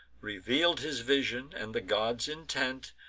reveal'd his vision, and the gods' intent,